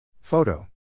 Photo